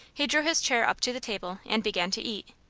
he drew his chair up to the table and began to eat.